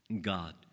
God